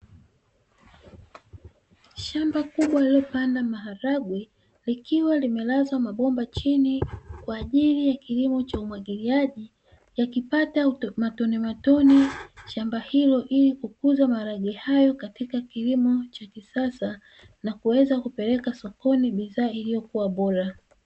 Shamba kubwa lililopandwa maharage likiwa limelazwa mabomba chini, kwa ajili ya kilimo cha umwagiliaji, yakipata matonematone shamba hilo ili kukuza maharage hayo katika kilimo cha kisasa na kuweza kupeleka sokoni bidhaa iliyokua bora.